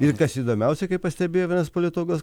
ir kas įdomiausia kaip pastebėjo vienas politologas